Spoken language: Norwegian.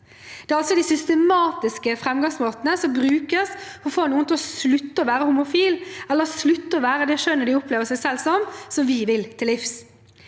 Det er altså de systematiske framgangsmåtene som brukes for å få noen til å slutte å være homofil eller slutte å være det kjønnet de opplever seg selv som, vi vil til livs.